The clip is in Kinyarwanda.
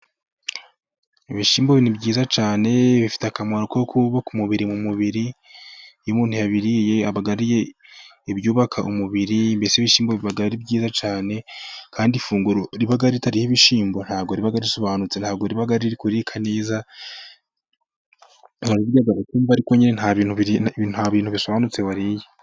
Ibishyimbo ni byiza cyane, bifite akamaro ko kubaka umubiri mu mubiri, iyo umuntu yabiriye aba ariye ibyubaka umubiri, mbese ibishyimbo biba ari byiza cyane, kandi ifunguro ritariho ibishyimbo ntabwo riba risobanutse ntabwo riba riri kurika neza, nta bintu urabirya ukumva nta bintu bisobanutse wariye.